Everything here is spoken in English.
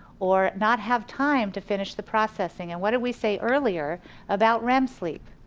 or not have time to finish the processing, and what did we say earlier about rem sleep?